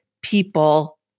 people